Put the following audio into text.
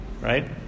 right